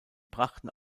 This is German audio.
brachten